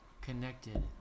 connected